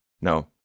No